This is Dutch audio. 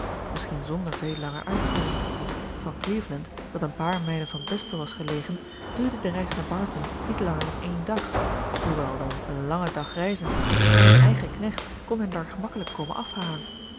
misschien zonder veel langer uitstel van cleveland dat een paar mijlen van bristol was gelegen duurde de reis naar barton niet langer dan één dag hoewel dan een langen dag reizens en hun eigen knecht kon hen daar gemakkelijk komen afhalen